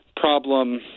problem